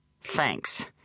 Thanks